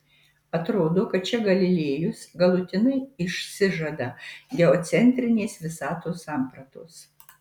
atrodo kad čia galilėjus galutinai išsižada geocentrinės visatos sampratos